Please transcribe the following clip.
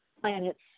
planets